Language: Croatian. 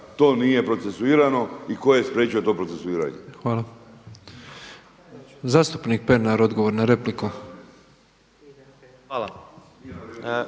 Hvala.